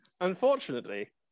Unfortunately